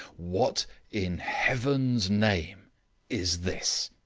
what in heaven's name is this?